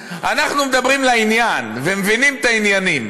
אנחנו מדברים לעניין ומבינים את העניינים.